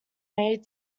made